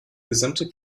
gesamte